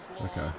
Okay